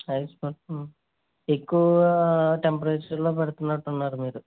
ice పడుతుంది ఎక్కువా టెంపరేచర్లో పెడుతున్నట్టున్నారు మీరు